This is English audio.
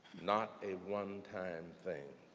not a one-time thing.